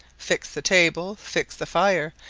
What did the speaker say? fix the table fix the fire,